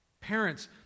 parents